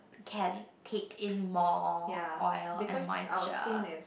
can take in more oil and moisture